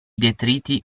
detriti